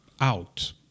out